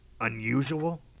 unusual